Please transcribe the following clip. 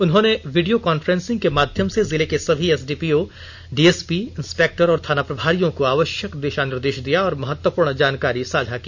उन्होंने video conferencing के माध्यम से जिले के सभी एसडीपीओ डीएसपी इंस्पेक्टर और थाना प्रभारियों को आवश्यक निर्देश दिया और महत्वपूर्ण जानकारी साझा की